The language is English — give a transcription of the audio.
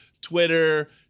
Twitter